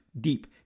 deep